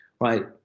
right